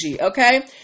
Okay